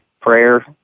prayer